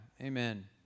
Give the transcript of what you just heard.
Amen